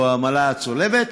שזו העמלה הצולבת,